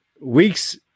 Weeks